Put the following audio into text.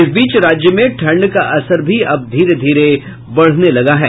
इस बीच राज्य में ठंड का असर भी अब धीरे धीरे बढ़ने लगा है